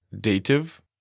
dative